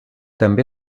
també